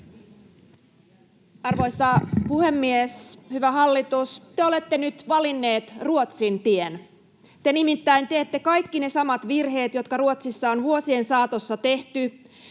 Arvoisa puhemies! Hyvä hallitus, te olette nyt valinneet Ruotsin tien. Te nimittäin teette kaikki ne samat virheet, jotka Ruotsissa on vuosien saatossa tehty.